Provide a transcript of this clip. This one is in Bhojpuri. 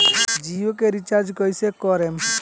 जियो के रीचार्ज कैसे करेम?